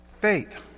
Faith